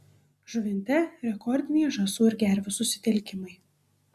žuvinte rekordiniai žąsų ir gervių susitelkimai